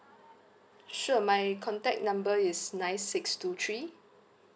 sure my contact number is nine six two three